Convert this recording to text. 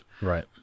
right